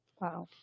Wow